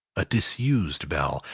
a disused bell,